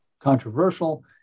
controversial